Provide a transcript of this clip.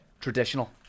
traditional